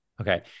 okay